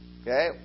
Okay